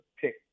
pick